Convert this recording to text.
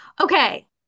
Okay